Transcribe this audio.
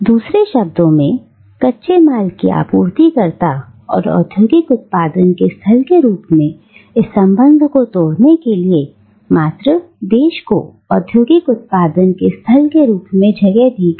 दूसरे शब्दों में कच्चे माल के आपूर्तिकर्ता और औद्योगिक उत्पादन के स्थल के रूप में इस संबंध को तोड़ने के लिए मात्र देश को औद्योगिक उत्पादन के स्थल के रूप में जगह दी गई